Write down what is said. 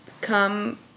come